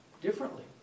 differently